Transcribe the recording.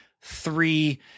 three